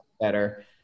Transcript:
better